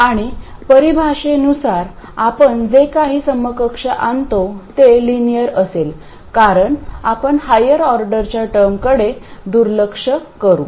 आणि परिभाषानुसार आपण जे काही समकक्ष आणतो ते लिनियर असेल कारण आपण हायर ऑर्डरच्या टर्मकडे दुर्लक्ष करू